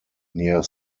near